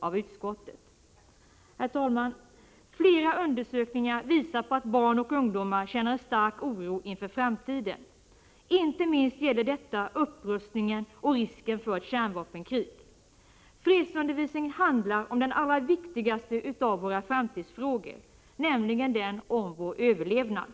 av utskottet. Herr talman! Flera undersökningar visar att barn och ungdomar känner en stark oro inför framtiden. Inte minst gäller detta upprustningen och risken för ett kärnvapenkrig. Fredsundervisningen handlar om den allra viktigaste av våra framtidsfrågor, nämligen den om vår överlevnad.